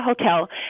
hotel